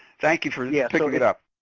thank you for yeah pick like it up.